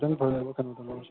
ꯈꯤꯇꯪ ꯐꯖꯕ ꯀꯩꯅꯣꯗꯣ ꯂꯧꯔꯁꯤ